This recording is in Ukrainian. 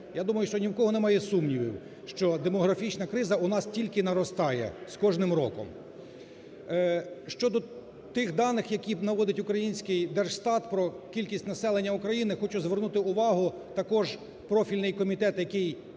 Я думаю, що ні в кого немає сумнівів, що демографічна криза у нас тільки наростає з кожним роком. Щодо тих даних, які наводить український держстат про кількість населення України. Хочу звернути увагу також профільний комітет, який,